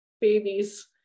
babies